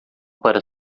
para